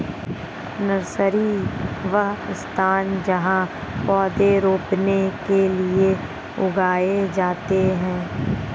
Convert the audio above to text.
nursery, वह स्थान जहाँ पौधे रोपने के लिए उगाए जाते हैं